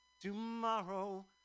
Tomorrow